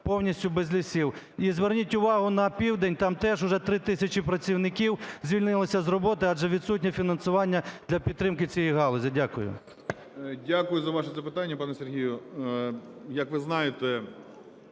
повністю без лісів. І зверніть увагу на Південь, там теж вже 3 тисячі працівників звільнилися з роботи, адже відсутнє фінансування для підтримки цієї галузі. Дякую. 10:36:11 ГРОЙСМАН В.Б. Дякую за ваше запитання, пане Сергію. Як ви знаєте,